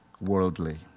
worldly